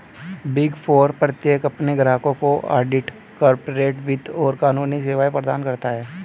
big Four प्रत्येक अपने ग्राहकों को ऑडिट, कॉर्पोरेट वित्त और कानूनी सेवाएं प्रदान करता है